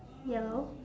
yellow